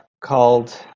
called